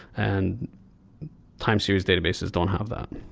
and time series databases don't have that.